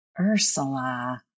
Ursula